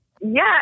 Yes